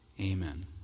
amen